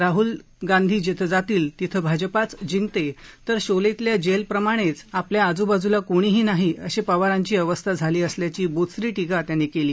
राहुल जिथं जातील तिथं भाजपाच जिंकते तर शोलेतल्या जेलप्रमाणेच आपल्या आजुबाजुला कोणीही नाही अशी पवारांची अवस्था झाली असल्याची बोचरी टीका त्यांनी केली